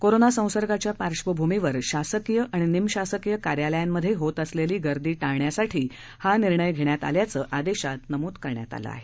corona संसर्गाच्या पार्कभूमीवर शासकीय आणि निमशासकीय कार्यालयांमध्ये होतं असलेली गर्दी टाळण्यासाठी हा निर्णय घेण्यात आल्याचं आदेशात नमूद केलं आहे